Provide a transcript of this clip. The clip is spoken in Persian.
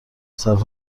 صرف